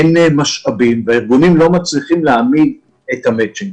אין משאבים והארגונים לא מצליחים להעמיד את המצ'ינג.